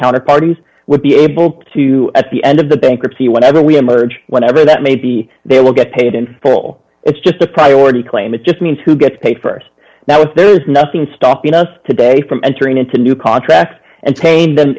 counter parties would be able to at the end of the bankruptcy whenever we emerge whenever that may be they will get paid in full it's just a priority claim it just means who gets paid st now if there is nothing stopping us today from entering into a new contract and paying them